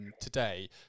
today